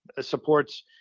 supports